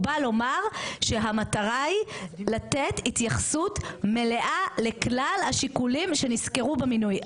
הוא בא לומר שהמטרה היא לתת התייחסות מלאה לכלל השיקולים שנסקרו במינוי.